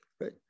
right